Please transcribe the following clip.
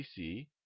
bc